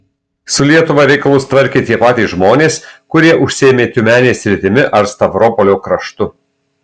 su lietuva reikalus tvarkė tie patys žmonės kurie užsiėmė tiumenės sritimi ar stavropolio kraštu